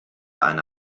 eine